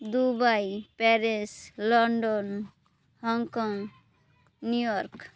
Dubai Paris London Hong Kong New York